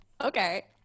Okay